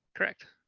correct.